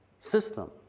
system